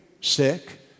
sick